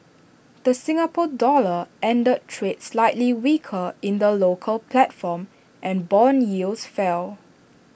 the Singapore dollar ended trade slightly weaker in the local platform and Bond yields fell